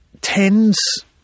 tends